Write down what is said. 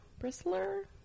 Bristler